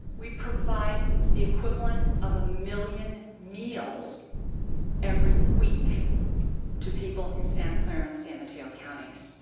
we provide the equivalent of a million meals every week to people in santa clara and san mateo counties.